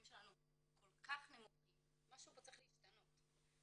שלנו כל כך נמוכים משהו פה צריך להשתנות.